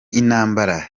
intambara